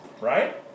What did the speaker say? right